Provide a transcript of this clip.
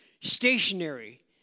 stationary